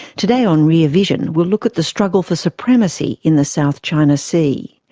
today on rear vision we'll look at the struggle for supremacy in the south china sea.